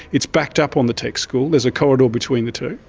it's backed up on the tech school, there's a corridor between the two.